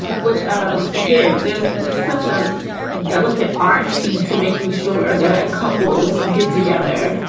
which um again, there's there's such of a delicate art to making sure that couples get together.